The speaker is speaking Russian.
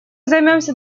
займемся